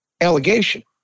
allegation